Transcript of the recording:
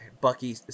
Bucky